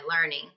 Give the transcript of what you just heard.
learning